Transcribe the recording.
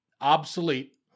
obsolete